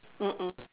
mm mm